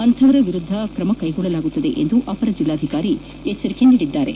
ಅಂತಪವರ ವಿರುದ್ದ ತ್ರಮ ಕೈಗೊಳ್ಳಲಾಗುವುದು ಎಂದು ಅಪರ ಜಿಲ್ಲಾಧಿಕಾರಿ ಎಚ್ಚರಿಕೆ ನೀಡಿದರು